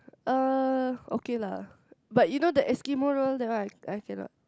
uh okay lah but you know the Eskimo roll that one I I cannot